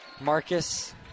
Marcus